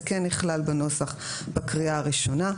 זה כן נכלל בנוסח בקריאה הראשונה.